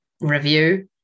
review